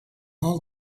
all